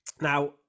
Now